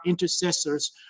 intercessors